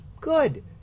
Good